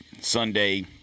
Sunday